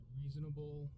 reasonable